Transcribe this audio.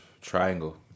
Triangle